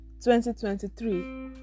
2023